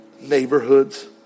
neighborhoods